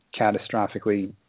catastrophically